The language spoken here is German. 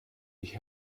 ich